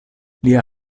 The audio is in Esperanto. lia